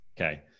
Okay